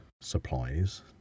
supplies